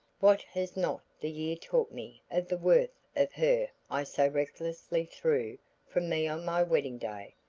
what has not the year taught me of the worth of her i so recklessly threw from me on my wedding day.